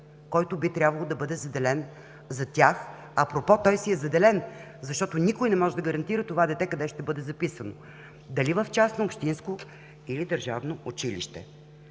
който би трябвало да бъде заделен за тях, апропо, той си е заделен, защото никой не може да гарантира това дете къде ще бъде записано – дали в частно, общинско или държавно училище.